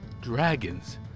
dragons